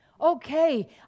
Okay